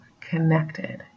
connected